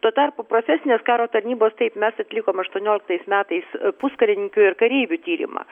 tuo tarpu profesinės karo tarnybos taip mes atlikom aštuonioliktais metais puskarininkių ir kareivių tyrimą